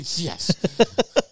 Yes